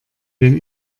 den